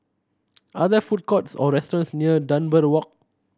are there food courts or restaurants near Dunbar Walk